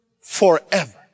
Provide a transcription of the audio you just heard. forever